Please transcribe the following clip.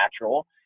natural